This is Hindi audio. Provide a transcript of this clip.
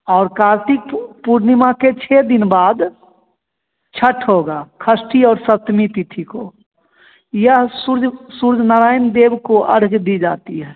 और कार्तिक पूर्णिमा के छः दिन बाद छठ होगा खस्टी और सतमी तिथि को यह सूरज सूरज नारायण देव को अर्ग दी जाती है